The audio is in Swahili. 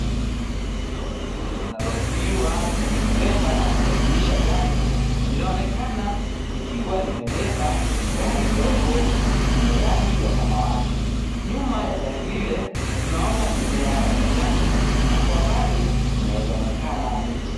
Lori linalotumiwa kubeba na kusafirisha gari linaonekana likiwa limebeba gari ndogo enye rangi ya samawati. Nyuma ya gari lile tunaona mimea kijani na kwa mbali unaweza onekana miti.